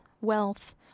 wealth